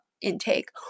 intake